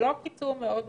זה לא קיצור מאוד משמעותית,